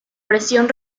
presión